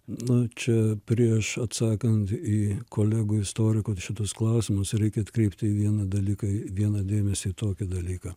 nu čia prieš atsakant į kolegų istorikų šituos klausimus reikia atkreipti į vieną dalyką vieną dėmesį į tokį dalyką